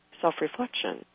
self-reflection